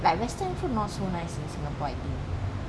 like western food not nice in singapore I think